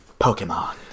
Pokemon